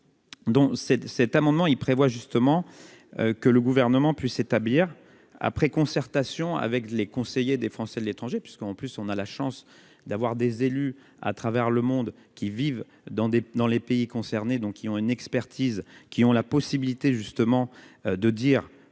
cet cet amendement, il prévoit justement que le gouvernement puisse établir après concertation avec les conseillers des Français de l'étranger, puisqu'en plus on a la chance d'avoir des élus à travers le monde qui vivent dans des, dans les pays concernés, donc qui ont une expertise qui ont la possibilité justement de dire